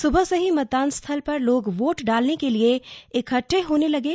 सुबह से ही मतदान स्थल पर लोग वोट डालने के लिए इकठ्ठे होने लगे